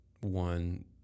one